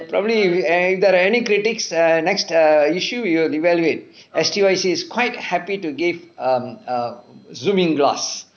probably if there are any critics err next err issue we will evaluate S_T_I_C is quite happy to give um err zooming glass for people who cannot read it but then err it is a P_D_F copy because it's a P_D_F copy people can expand it and read it